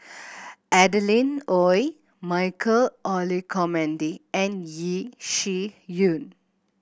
Adeline Ooi Michael Olcomendy and Yeo Shih Yun